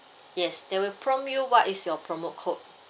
yes there will prompt you what is your promo code